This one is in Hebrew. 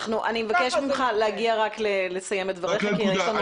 אני מבקשת ממך לסיים את דבריך כי יש לנו עוד דוברים.